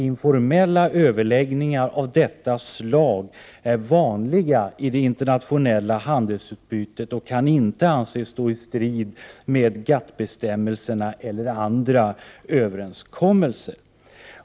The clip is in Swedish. Informella överläggningar av detta slag är vanliga i det internationella handelsutbytet och kan inte anses stå i strid med GATT-bestämmelserna eller andra överenskommelser.